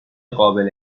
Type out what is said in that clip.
قابل